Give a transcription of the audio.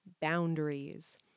boundaries